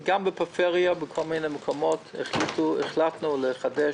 וגם בפריפריה בכל מיני מקומות החלטנו לחדש.